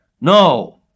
No